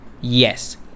yes